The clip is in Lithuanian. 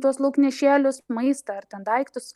tuos lauknešėlius maistą ar ten daiktus